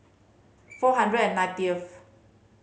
four hundred and ninetieth